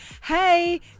hey